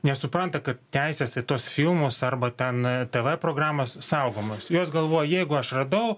nesupranta kad teisės į tuos filmus arba ten tv programos saugomos jos galvoja jeigu aš radau